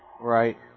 Right